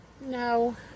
no